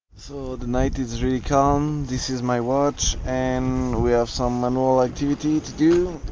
so the night is really calm, this is my watch and we have some manual activity to do